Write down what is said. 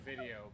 video